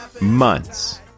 months